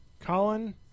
colin